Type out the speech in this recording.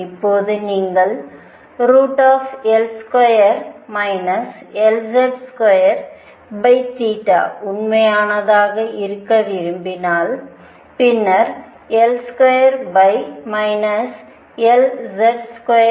இப்போது நீங்கள் L2 Lz2 உண்மையானதாக இருக்க விரும்பினால் பின்னர் L2 Lz2 0